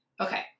Okay